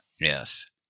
Yes